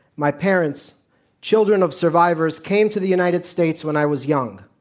my parents children of survivors came to the united states when i was young.